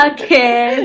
Okay